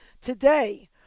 today